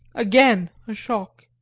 again a shock!